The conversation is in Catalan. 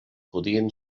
podien